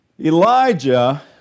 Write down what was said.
Elijah